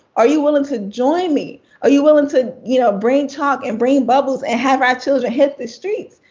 are you willing to join me? are you willing to you know bring chalk and bring bubbles and have our children hit the streets?